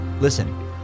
Listen